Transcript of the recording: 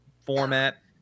format